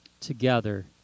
together